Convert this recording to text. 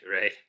Right